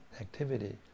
activity